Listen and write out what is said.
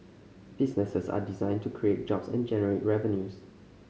businesses are designed to create jobs and generate revenues